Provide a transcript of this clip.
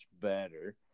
better